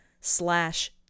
slash